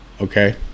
Okay